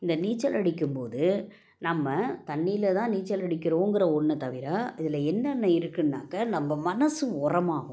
இந்த நீச்சல் அடிக்கும்போது நம்ம தண்ணியில் தான் நீச்சல் அடிக்கிறோங்கிற ஒன்றை தவிர இதில் என்னென்ன இருக்குதுன்னாக்க நம்ம மனசு உரமாகும்